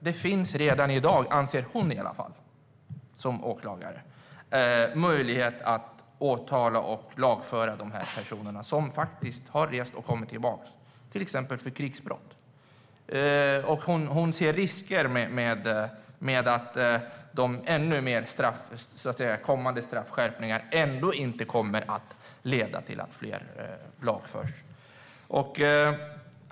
Det finns redan i dag, anser hon som åklagare, möjlighet att åtala och lagföra de personer som har rest och kommit tillbaka, till exempel för krigsbrott. Hon ser en risk för att kommande straffskärpningar inte kommer att leda till att fler lagförs.